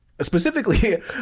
Specifically